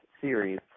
series